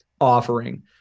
offering